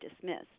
dismissed